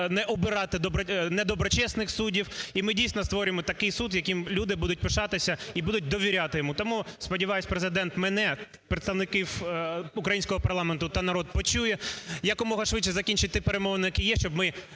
не обирати недоброчесних суддів, і ми дійсно створимо такий суд, яким люди будуть пишатися і будуть довіряти йому. Тому сподіваюсь, Президент мене, представників українського парламенту та народ почує, якомога швидше закінчить ті перемовини, які є. Щоб ми